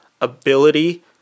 ability